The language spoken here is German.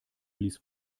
ließ